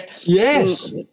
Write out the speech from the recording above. Yes